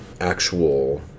actual